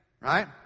Right